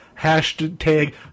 hashtag